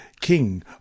king